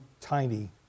tiny